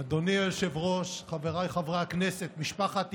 אדוני היושב-ראש, חבריי חברי הכנסת, משפחת הלל,